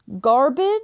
Garbage